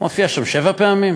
הוא מופיע שם שבע פעמים,